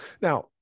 Now